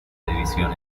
división